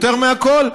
יותר מכול,